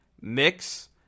mix